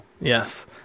Yes